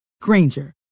Granger